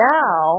now